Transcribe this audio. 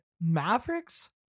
Mavericks